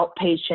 outpatient